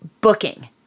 booking